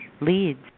leads